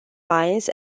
pines